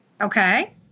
okay